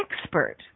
expert